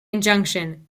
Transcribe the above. injunction